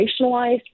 operationalized